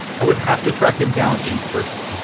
i would have to track him down in person.